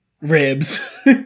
ribs